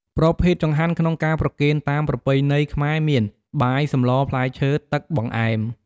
ប្រភេទចង្ហាន់ក្នុងការប្រគេនតាមប្រពៃណីខ្មែរមាន បាយ សម្ល ផ្លែឈើ ទឹក បង្អែម។